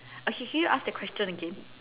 okay can you ask that question again